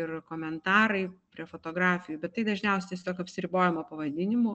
ir komentarai prie fotografijų bet tai dažniausiai tiesiog apsiribojama pavadinimu